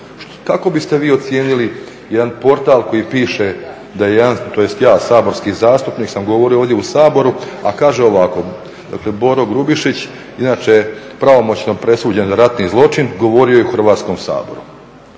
Kako biste vi ocijenili jedan portal koji piše da jedan, tj. ja kao saborski zastupnik sam govorio ovdje u Saboru, a kaže ovako, dakle Boro Grubišić, inače pravomoćno presuđen ratni zločin, govorio je u Hrvatskom saboru.